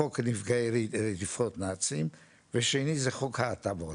חוק נפגעי רדיפות נאצים, והשני הוא חוק ההטבות.